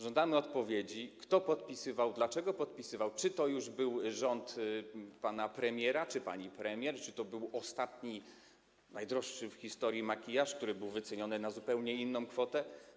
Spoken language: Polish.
Żądamy odpowiedzi, kto podpisywał, dlaczego podpisywał, czy to był rząd już pana premiera, czy pani premier, czy to był ostatni, najdroższy w historii makijaż, który był wyceniony na zupełnie inną kwotę.